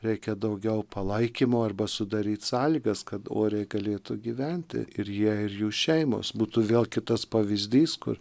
reikia daugiau palaikymo arba sudaryti sąlygas kad oriai galėtų gyventi ir jie ir jų šeimos būtų vėl kitas pavyzdys kur